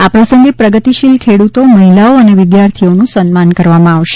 આ પ્રસંગે પ્રગતિશીલ ખેડૂતો મહિલાઓ અને વિદ્યાર્થીઓનું સન્માન કરવામાં આવશે